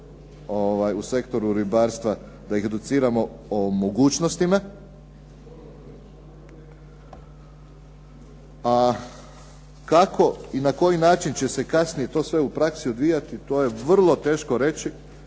u sektoru ribarstva, da ih educiramo o mogućnostima. A kako i na koji način će se kasnije to sve u praksi odvijati to je vrlo teško reći,